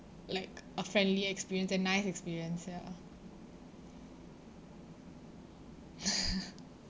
like a friendly experience a nice experience ya